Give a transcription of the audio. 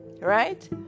Right